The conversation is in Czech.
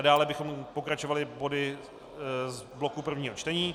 Dále bychom pokračovali body z bloku prvních čtení.